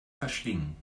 verschlingen